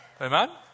Amen